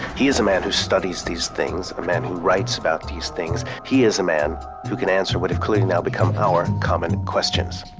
he is a man who studies these things, a man who writes about these things. he is a man who can answer what have clearly now become our common questions.